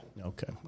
Okay